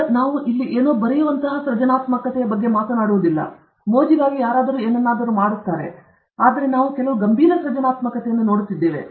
ಈಗ ನಾವು ಇಲ್ಲಿ ಏನೋ ಬರೆಯುವಂತಹ ಸೃಜನಾತ್ಮಕತೆಯ ಬಗ್ಗೆ ಮಾತನಾಡುವುದಿಲ್ಲ ಮೋಜಿಗಾಗಿ ಯಾರಾದರೂ ಏನನ್ನಾದರೂ ಮಾಡುತ್ತಾರೆ ಆದರೆ ನಾವು ಕೆಲವು ಗಂಭೀರ ಸೃಜನಾತ್ಮಕತೆಯನ್ನು ನೋಡುತ್ತಿದ್ದೇವೆ